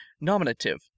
Nominative